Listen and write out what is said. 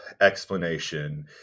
explanation